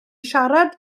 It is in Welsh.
siarad